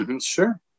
sure